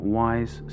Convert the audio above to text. wise